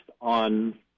on